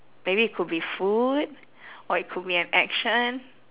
maybe it could be food or it could be an action